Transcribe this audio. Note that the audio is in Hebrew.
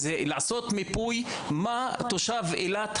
זה לעשות מיפוי מה תושב אילת,